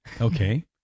Okay